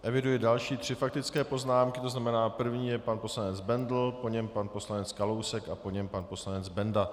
Eviduji další faktické poznámky, to znamená první je pan poslanec Bendl, po něm pan poslanec Kalousek a po něm pan poslanec Benda.